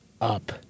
up